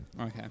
Okay